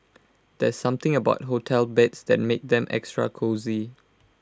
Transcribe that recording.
there's something about hotel beds that makes them extra cosy